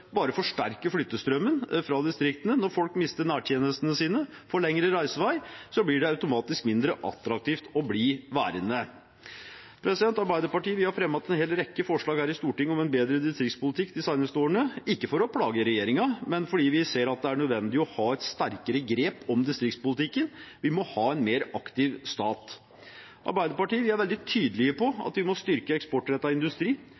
bare forsterker flyttestrømmen fra distriktene. Når folk mister nærtjenestene sine og får lengre reisevei, blir det automatisk mindre attraktivt å bli værende. Arbeiderpartiet har fremmet en hel rekke forslag her i Stortinget om en bedre distriktspolitikk de seneste årene – ikke for å plage regjeringen, men fordi vi ser at det er nødvendig å ha et sterkere grep om distriktspolitikken. Vi må ha en mer aktiv stat. Vi i Arbeiderpartiet er veldig tydelige